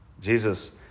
Jesus